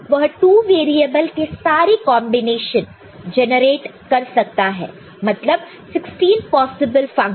वह 2 वेरिएबल के सारे कॉन्बिनेशन जेनरेट कर सकता है मतलब 16 पॉसिबल फंक्शन